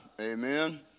Amen